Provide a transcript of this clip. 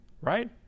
right